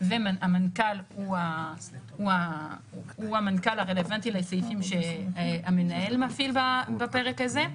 והמנכ"ל הוא המנכ"ל הרלוונטי לסעיפים שהמנהל מפעיל בפרק הזה.